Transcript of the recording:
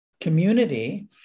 community